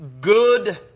good